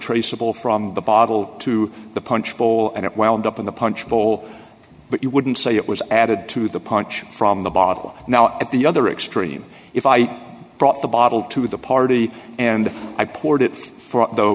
traceable from the bottle to the punch bowl and it wound up in the punch bowl but you wouldn't say it was added to the punch from the bottle now at the other extreme if i brought the bottle to the party and i poured it for the